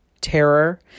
terror